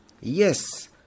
yes